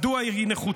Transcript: מדוע היא נחוצה?